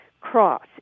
Cross